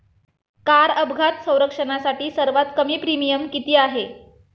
Car अपघात संरक्षणासाठी सर्वात कमी प्रीमियम किती आहे?